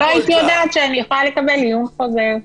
ולא הייתי יודעת שאני יכולה לקבל עיון חוזר.